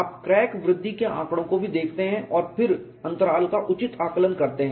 आप क्रैक वृद्धि के आंकड़ों को भी देखते हैं और फिर अंतराल का उचित आकलन करते हैं